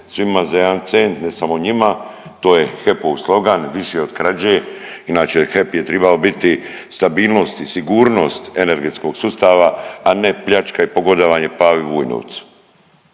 „svima za jedan cent, ne samo njima. To je HEP-ov slogan „više od krađe“. Inače HEP je tribao biti stabilnost i sigurnost energetskog sustava, a ne pljačka i pogodovanje Pavi Vujnovcu.